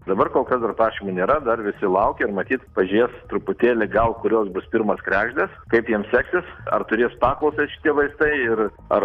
dabar kol kas dar prašymų nėra dar visi laukia ir matyt pažiūrės truputėlį gal kurios bus pirmos kregždės kaip jiems seksis ar turės paklausą šitie vaistai ir ar